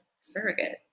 surrogate